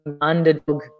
underdog